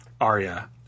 Arya